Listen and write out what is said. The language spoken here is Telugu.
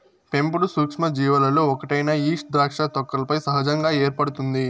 పెంపుడు సూక్ష్మజీవులలో ఒకటైన ఈస్ట్ ద్రాక్ష తొక్కలపై సహజంగా ఏర్పడుతుంది